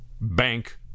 bank